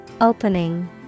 Opening